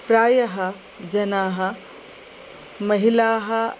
प्रायः जनाः महिलाः